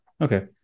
Okay